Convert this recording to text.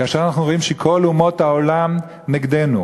כאשר אנחנו רואים שכל אומות העולם נגדנו,